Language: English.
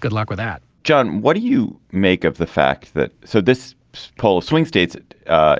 good luck with that john what do you make of the fact that so this poll of swing states